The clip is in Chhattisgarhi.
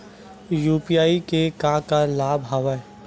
यू.पी.आई के का का लाभ हवय?